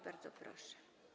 Bardzo proszę.